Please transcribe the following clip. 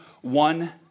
one